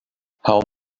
how